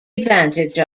advantage